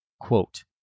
Quote